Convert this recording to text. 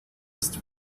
ist